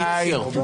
מה הקשר?